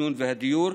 התכנון והדיור,